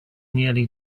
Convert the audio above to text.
nearly